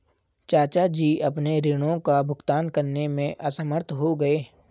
चाचा जी अपने ऋणों का भुगतान करने में असमर्थ हो गए